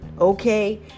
Okay